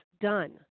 done